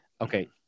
okay